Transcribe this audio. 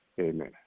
amen